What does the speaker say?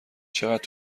چقدر